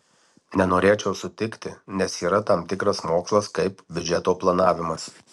nenorėčiau sutikti nes yra tam tikras mokslas kaip biudžeto planavimas